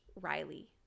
Riley